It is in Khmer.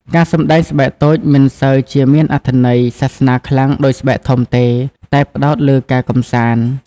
ការសម្ដែងស្បែកតូចមិនសូវជាមានអត្ថន័យសាសនាខ្លាំងដូចស្បែកធំទេ តែផ្តោតលើការកម្សាន្ត។